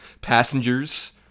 Passengers